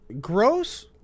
Gross